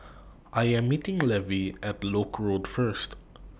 I Am meeting Levy app Lock Road First